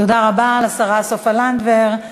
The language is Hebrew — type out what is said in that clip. תודה רבה לשרה סופה לנדבר.